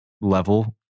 level